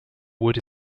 wood